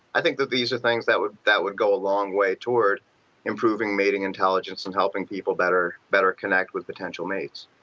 i think that these are things that would that would go a long way toward improving mating intelligence and helping people better better connect with potential mates